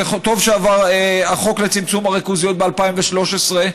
וטוב שעבר החוק לצמצום הריכוזיות ב-2013,